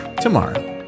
tomorrow